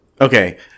Okay